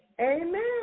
Amen